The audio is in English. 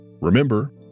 Remember